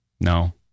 No